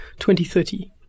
2030